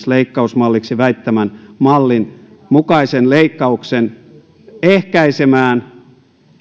leikkausmalliksi väittämänne mallin mukaisen leikkauksen ehkäisemään